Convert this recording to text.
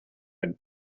had